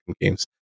games